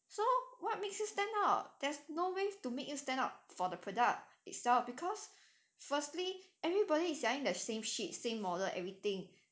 so what makes you stand out there's no way to make you stand out for the product itself because firstly everybody is selling the same shit same model everything